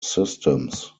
systems